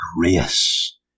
grace